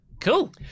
cool